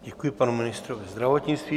Děkuji panu ministrovi zdravotnictví.